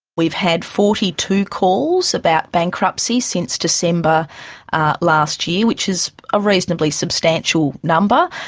we've had forty two calls about bankruptcy since december last year, which is a reasonably substantial number.